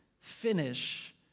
finish